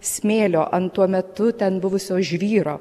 smėlio ant tuo metu ten buvusio žvyro